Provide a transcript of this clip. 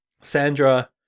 Sandra